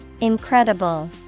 Incredible